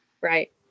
Right